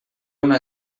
una